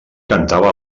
cantava